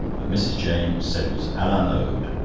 but mrs. james said it was a la mode.